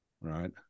right